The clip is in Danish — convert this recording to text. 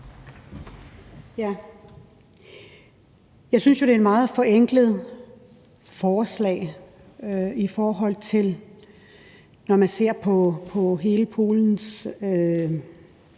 Jeg synes jo, det er et meget forenklet forslag, i forhold til når man ser på hele Polens